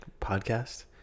Podcast